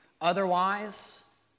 Otherwise